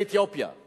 מה עושים מהטף הזה?